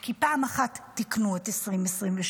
כי פעם אחת תיקנו את 2024-2023,